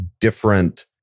different